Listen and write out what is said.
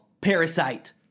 Parasite